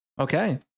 Okay